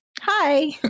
Hi